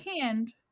hand